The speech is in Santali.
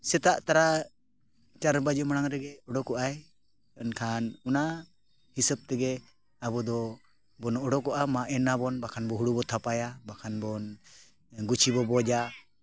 ᱥᱮᱛᱟᱜ ᱛᱚᱨᱟ ᱪᱟᱨ ᱵᱟᱡᱮ ᱢᱟᱲᱟᱝ ᱨᱮᱜᱮ ᱩᱰᱩᱠᱚᱜ ᱟᱭ ᱮᱱᱠᱷᱟᱱ ᱚᱱᱟ ᱦᱤᱥᱟᱹᱵ ᱛᱮᱜᱮ ᱟᱵᱚ ᱫᱚᱵᱚᱱ ᱩᱰᱩᱠᱚᱜᱼᱟ ᱢᱟ ᱮᱱᱟᱵᱚᱱ ᱵᱟᱠᱷᱟᱱ ᱵᱚ ᱦᱩᱲᱩ ᱵᱚᱱ ᱛᱷᱟᱯᱟᱭᱟ ᱵᱟᱠᱷᱟᱱ ᱵᱚᱱ ᱜᱩᱪᱷᱤ ᱵᱚᱱ ᱵᱚᱡᱟ